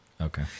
Okay